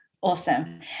Awesome